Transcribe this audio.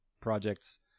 projects